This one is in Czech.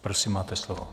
Prosím, máte slovo.